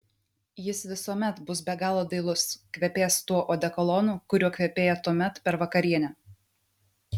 jis visuomet bus be galo dailus kvepės tuo odekolonu kuriuo kvepėjo tuomet per vakarienę